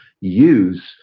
use